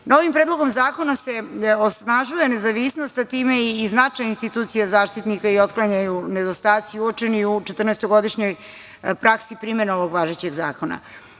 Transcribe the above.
predlogom zakona se osnažuje nezavisnost, a time i značaj institucije Zaštitnika građana i otklanjaju nedostaci uočeni u četrnaestogodišnjoj praksi primene ovog važećeg zakona.